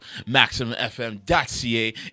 MaximumFM.ca